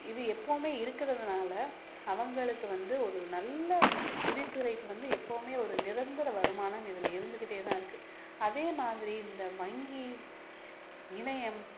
இது எப்போவுமே இருக்கிறதுனால அவங்களுக்கு வந்து ஒரு நல்ல நிதித்துறைக்கு வந்து எப்போவுமே ஒரு நிரந்தர வருமானம் இதில் இருந்துக்கிட்டே தான் இருக்கு அதே மாதிரி இந்த வங்கி இணையம்